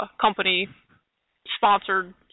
company-sponsored